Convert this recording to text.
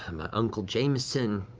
my uncle jameson,